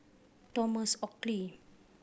Thomas Oxley